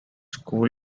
school